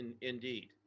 indeed